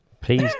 please